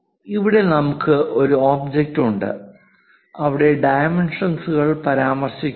ഇവിടെ നമുക്ക് ഒരു ഒബ്ജക്റ്റ് ഉണ്ട് അവിടെ ഡൈമെൻഷൻസ്കൾ പരാമർശിക്കുന്നു